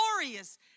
glorious